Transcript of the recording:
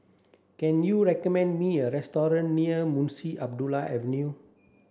can you recommend me a restaurant near Munshi Abdullah Avenue